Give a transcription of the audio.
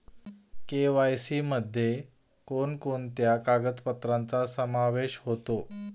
KYC मध्ये कोणकोणत्या कागदपत्रांचा समावेश होतो?